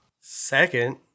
Second